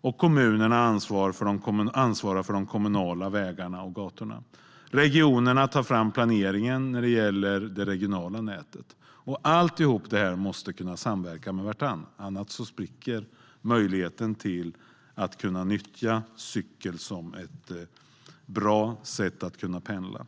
och kommunerna ansvarar för de kommunala vägarna och gatorna. Regionerna tar fram planeringen när det gäller det regionala nätet. Alla måste kunna samverka. Annars spricker möjligheten att nyttja cykeln som ett bra sätt att pendla.